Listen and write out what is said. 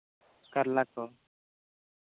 ᱠᱟᱨᱞᱟ ᱠᱚ